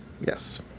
Yes